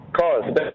Cars